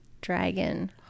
dragon